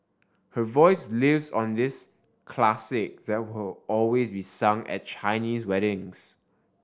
her voice lives on this classic that will always be sung at Chinese weddings